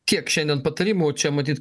tiek šiandien patarimų čia matyt